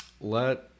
let